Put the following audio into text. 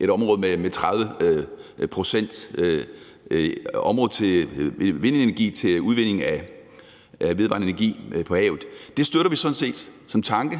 et område på de 30 pct. til vindenergi, til udvinding af vedvarende energi på havet, støtter vi det sådan set som tanke.